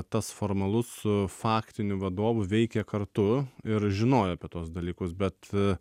tas formalus su faktiniu vadovu veikia kartu ir žinojo apie tuos dalykus bet